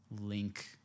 link